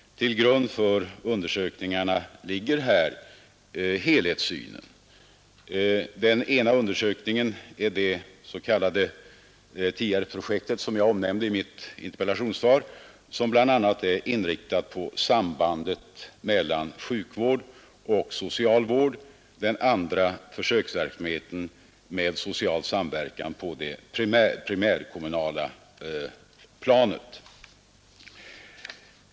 Till grund för undersök ningarna ligger helhetssynen. Den ena undersökningen är det s.k. Tierpprojektet, som jag omnämnde i mitt interpellationssvar och som bl.a. är inriktat på sambandet mellan sjukvård och socialvård, den andra är försöksverksamheten med social samverkan på det primärkommunala planet.